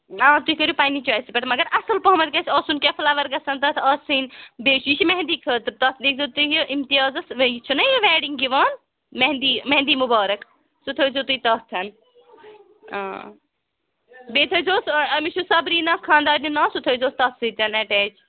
آ تُہۍ کٔرِو پنٕنہِ چویسہِ پٮ۪ٹھ مگر اَصٕل پَہمَتھ گژھِ آسُن کیٚنٛہہ فُلاوَر گژھن تتھ آسٕنۍ بیٚیہِ چھُ یہِ چھُ مہنٛدی خٲطرٕ تَتھ لیٖکھۍزیٚو تُہۍ یہِ اِمتیازَس ویہِ چھِناہ یہِ ویڈِنٛگ یِوان مہندی مہندی مُبارک سُہ تھٲوزیٚو تُہۍ تَتھ آ بیٚیہِ تھٲوِزِہوس أمِس چھُ صبریٖنا خانٛدارنہِ ناو سُہ تہِ تھٲوِزِہوس تَتھ سۭتٮ۪ن اَٹیچ